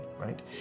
right